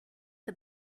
the